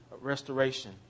restoration